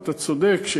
אתה צודק,